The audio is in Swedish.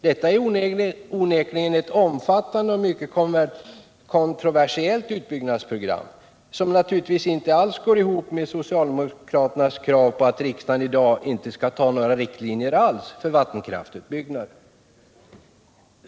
Detta är onekligen ett omfattande och mycket kontroversiellt utbyggnadsprogram, som naturligtvis inte alls går ihop med socialdemokraternas krav på att riksdagen i dag inte skall fatta beslut om några riktlinjer alls för vattenkraftsutbyggnaden.